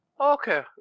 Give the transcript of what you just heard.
Okay